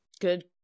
Good